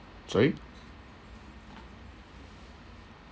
sorry